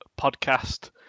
podcast